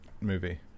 movie